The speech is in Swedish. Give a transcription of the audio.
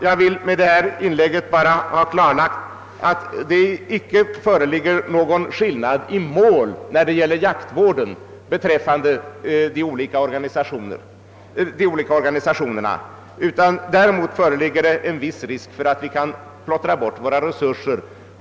Jag har med detta in lägg bara velat klarlägga att det inte råder någon skillnad mellan de olika organisationerna i fråga om jaktvårdens mål; däremot föreligger en viss risk för att vi kan plottra bort våra resurser.